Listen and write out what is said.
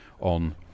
on